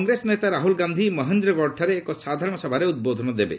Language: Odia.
କଂଗ୍ରେସ ନେତା ରାହୁଲ୍ ଗାନ୍ଧି ମହେନ୍ଦ୍ରଗଡ଼ଠାରେ ଏକ ସାଧାରଣ ସଭାରେ ଉଦ୍ବୋଧନ ଦେବେ